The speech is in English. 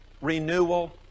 renewal